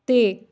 ਤੇ